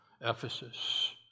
Ephesus